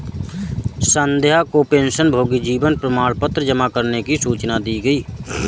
संध्या को पेंशनभोगी जीवन प्रमाण पत्र जमा करने की सूचना दी गई